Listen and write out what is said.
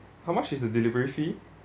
how much is the delivery fee